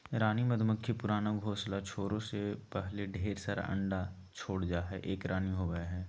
रानी मधुमक्खी पुराना घोंसला छोरै से पहले ढेर सारा अंडा छोड़ जा हई, एक रानी होवअ हई